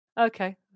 Okay